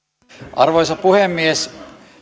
arvoisa puhemies